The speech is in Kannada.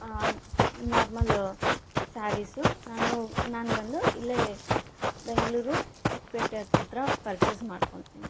ನಾರ್ಮಲ್ ಸ್ಯಾರೀಸು ನಾನು ನಾನು ಬಂದು ಇಲ್ಲೇ ಬೆಂಗಳೂರು ಚಿಕ್ಕಪೇಟೆ ಹತ್ರ ಪರ್ಚೇಸ್ ಮಾಡ್ಕೊಂತೀನಿ